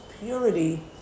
purity